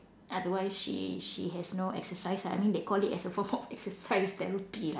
otherwise she she has no exercise I mean they call as a form of exercise therapy lah